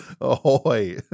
Ahoy